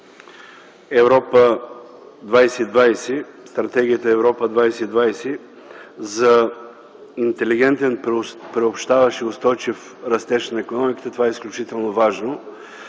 на Стратегията „Европа 2020” за интелигентен, приобщаващ и устойчив растеж на икономиките това е изключително важно.